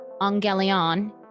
angelion